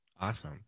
Awesome